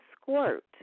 squirt